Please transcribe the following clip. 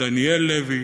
דניאל לי,